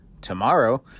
tomorrow